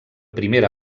primera